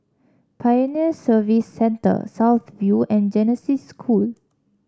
Pioneer Service Center South View and Genesis School